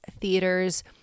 theaters